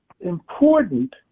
important